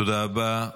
תודה רבה.